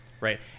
right